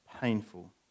painful